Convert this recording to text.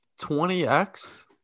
20x